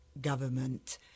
government